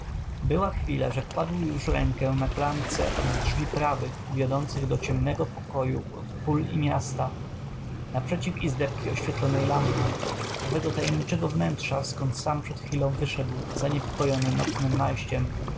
była chwila że kładł już rękę na klamce od drzwi prawych wiodących do ciemnego pokoju od pól i miasta naprzeciw izdebki oświetlonej lampką owego tajemniczego wnętrza skąd sam przed chwilą wyszedł zaniepokojony nocnem najściem